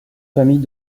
famille